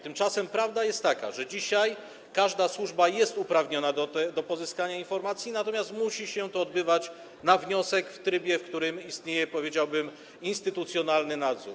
Tymczasem prawda jest taka, że dzisiaj każda służba jest uprawniona do pozyskania informacji, natomiast musi się to odbywać na wniosek, w trybie, w którym istnieje, powiedziałbym, instytucjonalny nadzór.